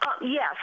Yes